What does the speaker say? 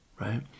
right